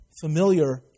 familiar